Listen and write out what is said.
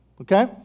Okay